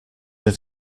have